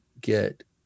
get